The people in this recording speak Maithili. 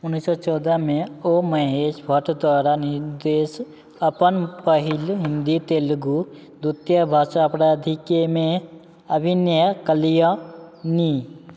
उनैस सओ चौदहमे ओ महेश भट्ट द्वारा निर्देश अपन पहिल हिन्दी तेलुगु द्वितीय भाषा आपराधिकमे अभिनय कएलनि